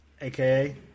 aka